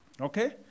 Okay